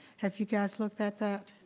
have you guys looked at that?